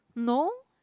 no